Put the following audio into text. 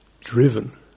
driven